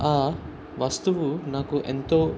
ఆ వస్తువు నాకు ఎంతో